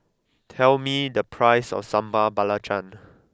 tell me the price of Sambal Belacan